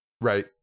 right